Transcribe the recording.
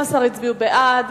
12 הצביעו בעד,